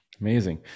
amazing